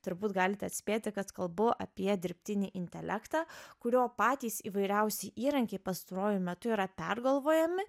turbūt galite atspėti kad kalbu apie dirbtinį intelektą kurio patys įvairiausi įrankiai pastaruoju metu yra pergalvojami